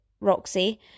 Roxy